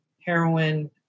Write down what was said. heroin